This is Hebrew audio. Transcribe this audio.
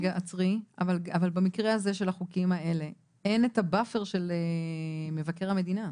אבל במקרה הזה של החוקים האלה אין את ה- bufferשל מבקר המדינה.